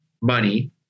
money